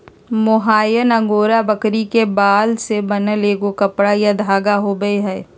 mohair angora बकरी के बाल से बनल एगो कपड़ा या धागा होबैय हइ